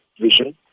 vision